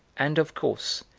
and, of course,